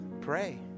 pray